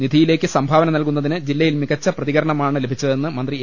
നിധിയിലേക്ക് സംഭാവന നൽകുന്നതിന് ജില്ലയിൽ മികച്ച പ്രതികരണമാണ് ലഭിച്ചതെന്ന് മന്ത്രി എ